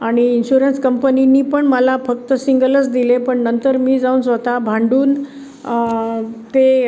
आणि इन्शुरन्स कंपनीने पण मला फक्त सिंगलच दिले पण नंतर मी जाऊन स्वतः भांडून ते